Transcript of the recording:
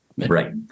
Right